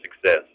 success